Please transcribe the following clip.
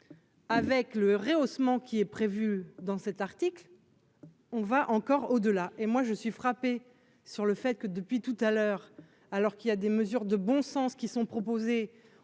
avec le rehaussement qui est prévu dans cet article, on va encore au-delà, et moi je suis frappé sur le fait que depuis tout à l'heure alors qu'il a des mesures de bon sens qui sont proposés,